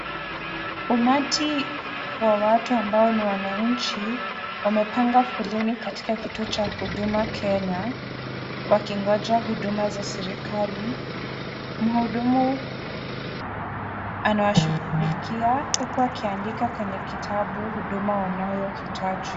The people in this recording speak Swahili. Umati wa watu ambao ni wananchi wamepanga foleni katika kituo cha huduma Kenya wakingoja huduma za serikali. Mhudumu anawashughulikia huku akiandika kwenye kitabu huduma wanayo hitaji.